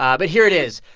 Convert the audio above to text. um but here it is.